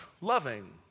loving